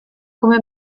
come